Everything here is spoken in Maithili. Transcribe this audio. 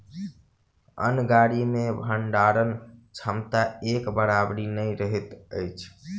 अन्न गाड़ी मे भंडारण क्षमता एक बराबरि नै रहैत अछि